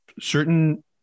certain